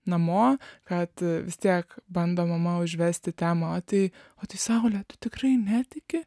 namo kad vis tiek bando mama užvesti temą tai o tai saule tu tikrai netiki